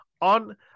on